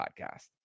podcast